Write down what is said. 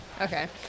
okay